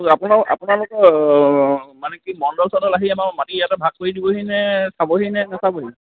আপোনালোক আপোনালোকৰ মানে কি মণ্ডল চণ্ডল আহি আমাৰ মাটি ইয়াতে ভাগ কৰি দিবহিনে চাবহিনে নাচাবহি